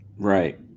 Right